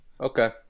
Okay